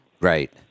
Right